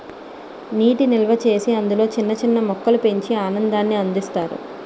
నీటి నిల్వచేసి అందులో చిన్న చిన్న మొక్కలు పెంచి ఆనందాన్ని అందిస్తారు